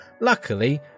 Luckily